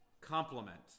complement